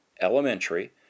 elementary